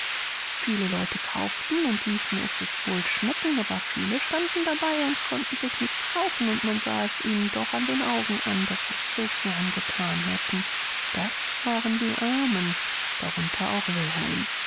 viele leute kauften und ließen es sich wohl schmecken aber viele standen dabei und konnten sich nichts kaufen und man sah es ihnen doch an den augen an daß sie es so gern gethan hätten das waren die armen darunter gehörte auch wilhelm